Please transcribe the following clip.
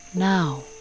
Now